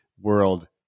world